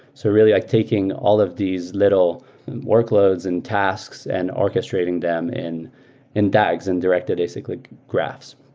so really, like taking all of these little workloads and tasks and orchestrating them in in dags and directed acyclic graphs.